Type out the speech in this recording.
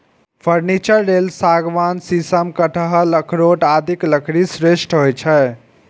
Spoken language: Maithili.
फर्नीचर लेल सागवान, शीशम, कटहल, अखरोट आदिक लकड़ी श्रेष्ठ होइ छै